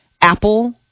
apple